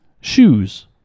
Shoes